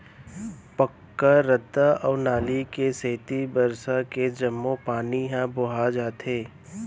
पक्का रद्दा अउ नाली के सेती बरसा के जम्मो पानी ह बोहा जाथे